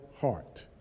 heart